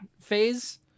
phase